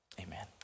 amen